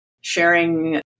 sharing